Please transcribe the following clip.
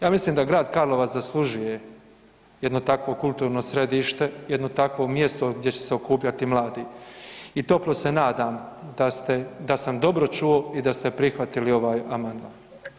Ja mislim da grad Karlovac zaslužuje jedno takvo kulturno središte, jedno takvo mjesto gdje će se okupljati mladi i toplo se nadam da sam dobro čuo i da ste prihvatili ovaj amandman.